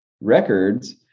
records